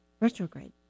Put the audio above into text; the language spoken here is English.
retrograde